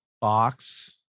box